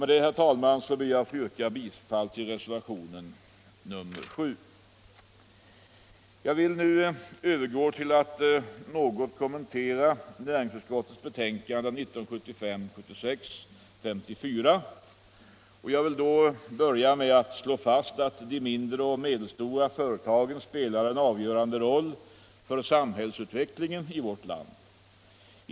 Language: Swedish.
Med detta, herr talman, vill jag yrka bifall till reservationen 7. Jag vill nu övergå till att något kommentera näringsutskottets betänkande 1975/76:54 och vill då börja med att slå fast att de mindre och medelstora företagen spelar en avgörande roll för samhällsutvecklingen i vårt land.